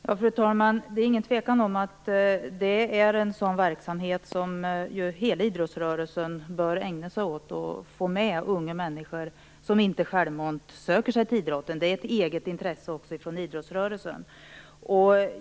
Fru talman! Det är inget tvivel om att det är en sådan verksamhet som hela idrottsrörelsen bör ägna sig åt, att få med unga människor som inte självmant söker sig till idrotten. Det är också ett eget intresse från idrottsrörelsen.